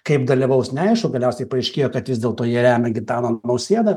kaip dalyvaus neaišku galiausiai paaiškėjo kad vis dėlto jie remia gitaną nausėdą